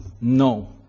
No